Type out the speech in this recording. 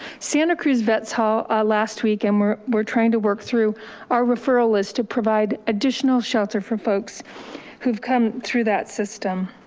santa cruz vets hall last week and we're we're trying to work through our referral list to provide additional shelter for folks who've come through that system.